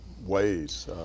ways